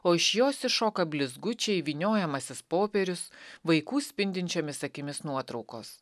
o iš jos iššoka blizgučiai vyniojamasis popierius vaikų spindinčiomis akimis nuotraukos